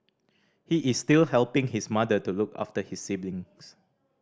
he is still helping his mother to look after his siblings